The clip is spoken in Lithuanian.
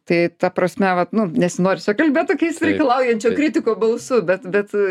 tai ta prasme vat nu nesinori čia kalbėt tokiais reikalaujančio kritiko balsu bet bet